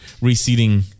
receding